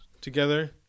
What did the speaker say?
together